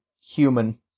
human